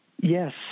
Yes